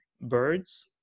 birds